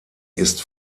ist